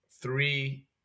three